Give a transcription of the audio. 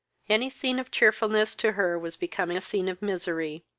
any scene of cheerfulness to her was become a scene of misery.